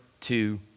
two